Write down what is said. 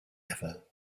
ever